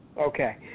Okay